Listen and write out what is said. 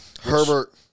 Herbert